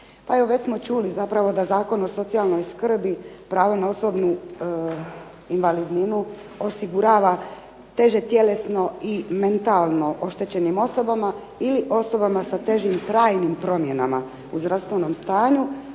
Pa evo već smo čuli da zapravo Zakon o socijalnoj skrbi pravo na osobnu invalidninu osigurava teže tjelesno i mentalno oštećenim osobama ili osobama sa težim trajnim promjenama u zdravstvenom stanju,